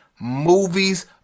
movies